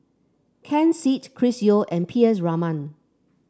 Ken Seet Chris Yeo and P S Raman